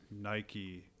Nike